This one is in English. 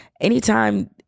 Anytime